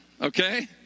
okay